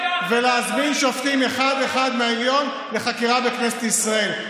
ולהזמין שופטים מהעליון אחד-אחד לחקירה בכנסת ישראל?